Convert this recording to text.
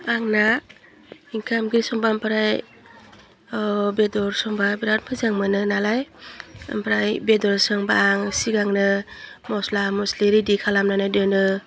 आंना ओंखाम ओंख्रि संबा ओमफ्राय बेदर संबा बिराद मोजां मोनो नालाय ओमफ्राय बेदर संबा आं सिगांनो मस्ला मस्लि रेडि खालामनानै दोनो